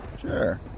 Sure